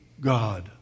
God